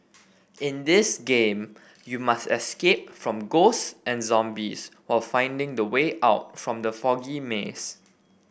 in this game you must escape from ghost and zombies while finding the way out from the foggy maze